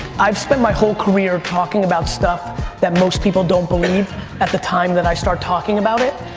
i've spent my whole career talking about stuff that most people don't believe at the time that i start talking about it.